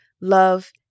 Love